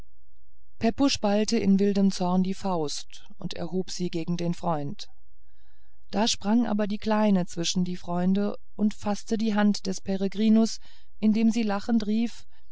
pepusch ballte in wildem zorn die faust und erhob sie gegen den freund da sprang aber die kleine zwischen die freunde und faßte die hand des peregrinus indem sie lachend rief